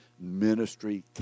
ministry